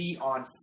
on